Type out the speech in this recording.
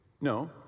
No